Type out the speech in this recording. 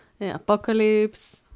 apocalypse